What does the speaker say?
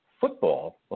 football